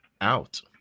out